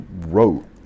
wrote